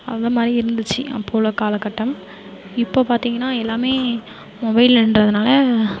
அதை மாதிரி இருந்துச்சு அப்போ உள்ள காலக்கட்டம் இப்போ பார்த்தீங்கன்னா எல்லாமே மொபைலின்றதுனால